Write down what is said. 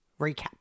recap